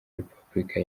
repubulika